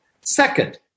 Second